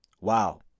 Wow